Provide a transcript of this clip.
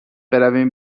برویم